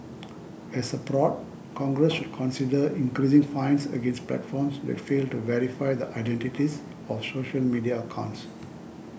as a prod Congress should consider increasing fines against platforms that fail to verify the identities of social media accounts